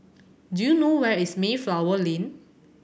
do you know where is Mayflower Lane